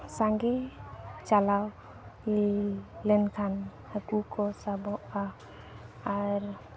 ᱥᱟᱸᱜᱮ ᱪᱟᱞᱟᱣ ᱞᱮᱱᱠᱷᱟᱱ ᱦᱟᱠᱩ ᱠᱚ ᱥᱟᱵᱚᱜᱼᱟ ᱟᱨ